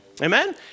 Amen